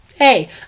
Hey